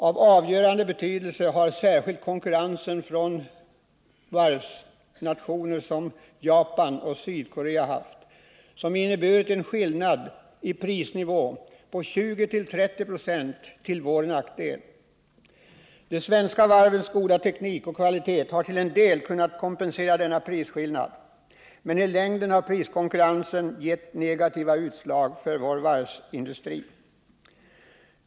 En avgörande betydelse har konkurrensen från varvsnationer som Japan och Sydkorea haft, som inneburit en skillnad i pris på 20-30 2 till vår nackdel. De svenska varvens goda teknik och kvalitet har till en del kunnat kompensera denna prisskillnad men i längden har priskonkurrensen gett negativå utslag för våra varvsenheter.